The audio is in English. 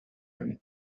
him